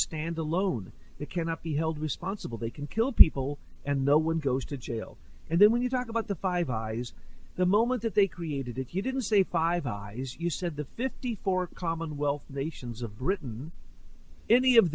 stand alone cannot be held responsible they can kill people and no one goes to jail and then when you talk about the five eyes the moment that they created if you didn't say five eyes you said the fifty four commonwealth nations of britain any of